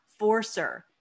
Forcer